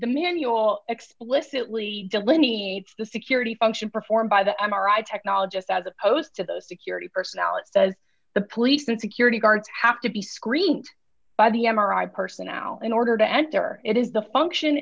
the manual explicitly delineates the security function performed by the m r i technologist as opposed to those security personnel it says the policeman security guards have to be screened by the m r i person now in order to enter it is the function